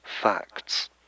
facts